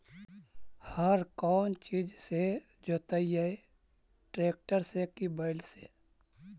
हर कौन चीज से जोतइयै टरेकटर से कि बैल से?